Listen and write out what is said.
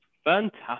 Fantastic